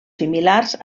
similars